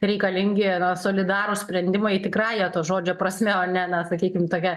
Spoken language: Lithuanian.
reikalingi na solidarūs sprendimai tikrąja to žodžio prasme o ne na sakykim tokia